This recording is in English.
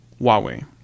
Huawei